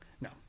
No